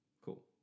Cool